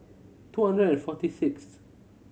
two hundred and forty sixth